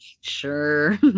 sure